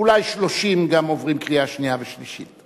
אולי 30 עוברים גם קריאה שנייה וקריאה שלישית.